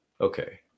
okay